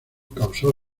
causó